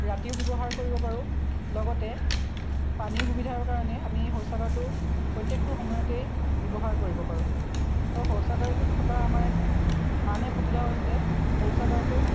ৰাতিও ব্যৱহাৰ কৰিব পাৰোঁ লগতে পানীৰ সুবিধাৰ কাৰণে আমি শৌচাগাৰটো প্ৰত্যেকটো সময়তেই ব্যৱহাৰ কৰিব পাৰোঁ আৰু শৌচাগাৰটোত থকা আমাৰ আন এক সুবিধা হৈছে শৌচাগাৰটোত